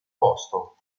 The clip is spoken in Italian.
posto